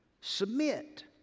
submit